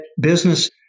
business